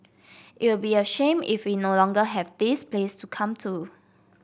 it'll be a shame if we no longer have this place to come to